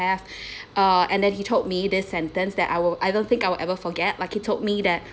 uh and then he told me this sentence that I will I don't think I will ever forget like he told me that